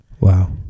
Wow